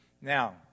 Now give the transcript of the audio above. Now